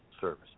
service